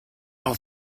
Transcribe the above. all